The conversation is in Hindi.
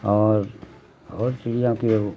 और और चिड़ियों के वह